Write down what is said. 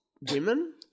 women